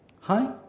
Hi